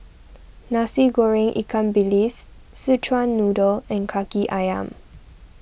Nasi Goreng Ikan Bilis Szechuan Noodle and Kaki Ayam